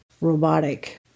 robotic